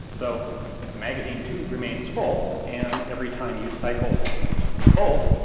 so the magazine tube remains full and every time you cycle the bolt,